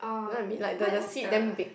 be like the the seed then big